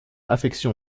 affection